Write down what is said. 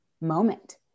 moment